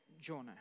Jonah